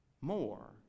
more